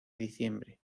diciembre